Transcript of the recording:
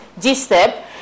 GSTEP